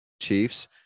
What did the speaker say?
Chiefs